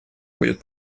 будет